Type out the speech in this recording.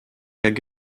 hag